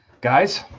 Guys